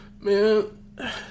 Man